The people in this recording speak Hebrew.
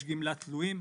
יש גמלת תלויים.